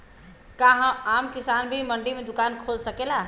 का आम किसान भी मंडी में दुकान खोल सकेला?